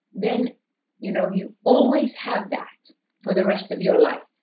then you know you always have that for the rest of your life.